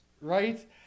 Right